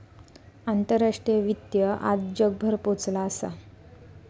आंतराष्ट्रीय वित्त आज जगभर पोचला असा